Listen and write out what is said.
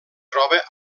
troba